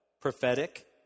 prophetic